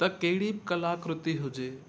त कहिड़ी बि कलाकृति हुजे